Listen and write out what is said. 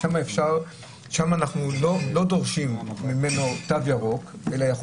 שם אנחנו לא דורשים תו ירוק אלא יכול